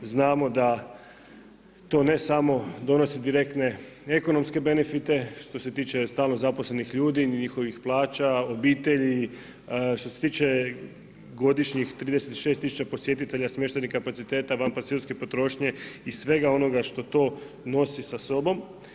Znamo da to ne samo donosi direktne ekonomske benefite, što se tiče stalno zaposlenih ljudi, njihovih plaća, obitelji, što se tiče godišnjih, 36 tisuća posjetitelja smještenih kapaciteta van pansionskih potrošnje i svega onoga što to nosi sa sobom.